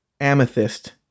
Amethyst